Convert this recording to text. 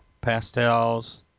pastels